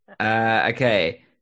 Okay